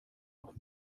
auch